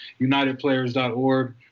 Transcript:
unitedplayers.org